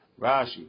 Rashi